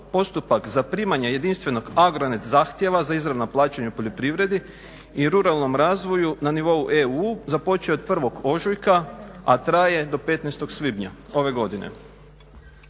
postupak zaprimanja jedinstvenog AGRONET zahtjeva za izravna plaćanja u poljoprivredi i ruralnom razvoju na nivou EU započeo je od 1. ožujka a traje do 15. svibnja ove godine.